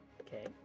Okay